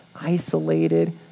isolated